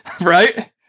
Right